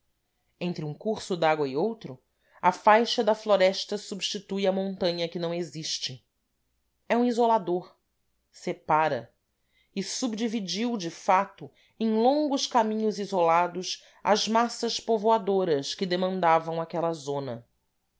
entre um curso dágua e outro a faixa da floresta substitui a montanha que não existe é um isolador separa e subdividiu de fato em longos caminhos isolados as massas povoadoras que demandavam aquela zona